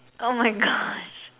oh my gosh